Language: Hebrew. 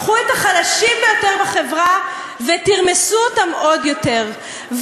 קחו את החלשים ביותר בחברה ותרמסו אותם עוד יותר.